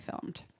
filmed